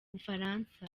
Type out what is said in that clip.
bufaransa